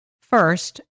First